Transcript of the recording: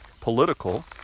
political